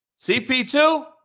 CP2